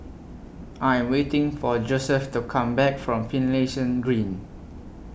I Am waiting For Joseph to Come Back from Finlayson Green